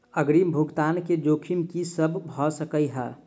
अग्रिम भुगतान केँ जोखिम की सब भऽ सकै हय?